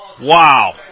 Wow